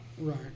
Right